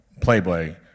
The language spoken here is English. Playboy